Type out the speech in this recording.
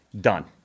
Done